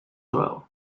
well